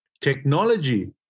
Technology